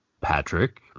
Patrick